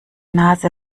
nase